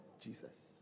Jesus